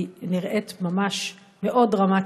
זה נראה ממש מאוד דרמטי,